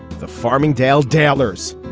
the farmingdale dabblers.